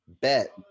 Bet